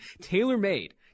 tailor-made